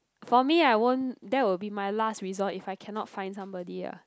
for me I won't that would be my last resort if I cannot find somebody lah